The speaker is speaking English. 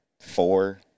four